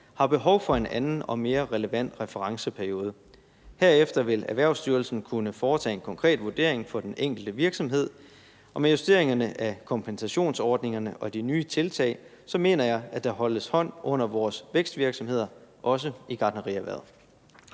har behov for en anden og mere relevant referenceperiode. Herefter vil Erhvervsstyrelsen kunne foretage en konkret vurdering for den enkelte virksomhed, og med justeringerne af kompensationsordningerne og de nye tiltag mener jeg, at der holdes hånd under vores vækstvirksomheder, også i gartnerierhvervet.